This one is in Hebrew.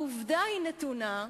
העובדה נתונה,